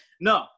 No